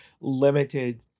limited